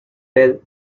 ted